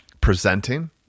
Presenting